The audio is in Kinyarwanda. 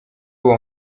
uwo